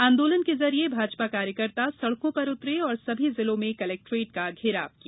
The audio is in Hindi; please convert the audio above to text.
आंदोलन के जरिए भाजपा कार्यकर्ता सड़कों पर उतरे और सभी जिलों में कलेक्ट्रेट का घेराव किया